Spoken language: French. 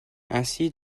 ainsi